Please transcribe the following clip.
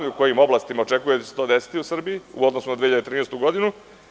I u kojim oblastima očekujete da će se to desiti u Srbiji u odnosu na 2013. godinu?